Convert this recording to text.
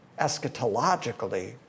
eschatologically